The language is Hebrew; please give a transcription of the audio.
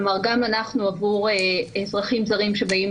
כלומר גם אנחנו עבור אזרחים זרים שבאים